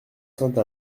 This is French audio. sainte